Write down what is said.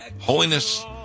holiness